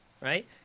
right